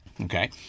Okay